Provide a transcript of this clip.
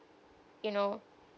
you know